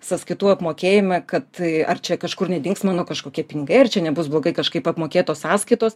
sąskaitų apmokėjimą kad ar čia kažkur nedings mano kažkokie pinigai ar čia nebus blogai kažkaip apmokėtos sąskaitos